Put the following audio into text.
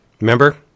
Remember